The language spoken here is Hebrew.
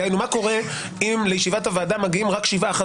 כדאי לכתוב שעל כל מינוי אחר יחול הכלל של (ו) שזה רוב חבריה.